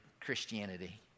Christianity